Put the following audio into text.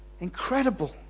Incredible